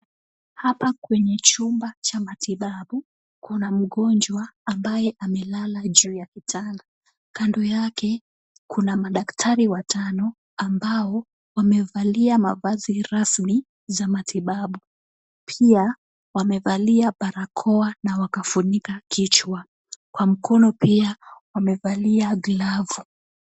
Hapa kwenye chumba cha matibabu kuna mgonjwa ambaye amelala juu ya kitanda. Kando yake kuna madaktari watano ambao wamevalia mavazi rasmi za matibabu. Pia wamevalia barakoa na wakafunika kichwa. Kwa mkono pia wamevalia glavu.